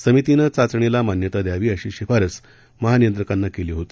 समितीनं चाचणीला मान्यता द्यावी अशी शिफारस महानियंत्रकांना केली होती